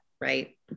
right